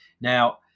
Now